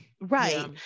Right